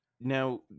Now